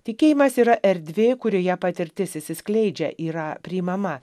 tikėjimas yra erdvė kurioje patirtis išsiskleidžia yra priimama